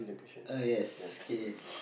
uh yes okay